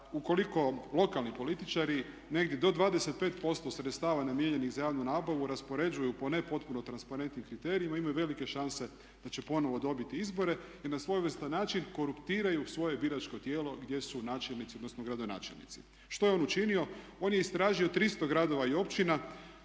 ukoliko lokalni političari negdje do 25% sredstava namijenjenih za javnu nabavu raspoređuju po ne potpuno transparentnim kriterijima imaju velike šanse da će ponovno dobiti izbore jer na svojevrstan način koruptiraju svoje biračko tijelo gdje su načelnici odnosno gradonačelnici. Što je on učinio? On je istražio 300 gradova i općina